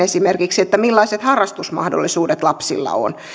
esimerkiksi siihen millaiset harrastusmahdollisuudet lapsilla on